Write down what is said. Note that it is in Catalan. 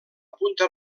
punta